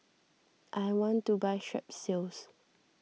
I want to buy Strepsils